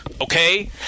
Okay